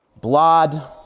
blood